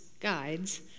guides